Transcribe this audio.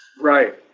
Right